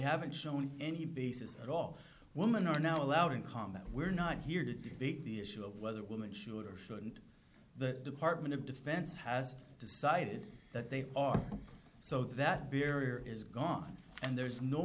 haven't shown any basis at all women are not allowed in combat we're not here to debate the issue of whether women should or shouldn't the department of defense has decided that they are so that barrier is gone and there's no